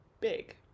big